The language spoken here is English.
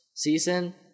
Season